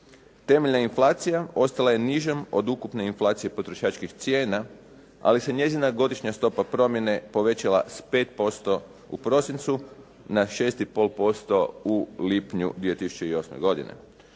Temeljna inflacija ostala je nižom od ukupne inflacije potrošačkih cijena ali se njezina godišnja stopa promjene povećala s 5% u prosincu na 6,5% u lipnju 2008. godine